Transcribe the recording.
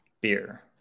Beer